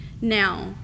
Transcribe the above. Now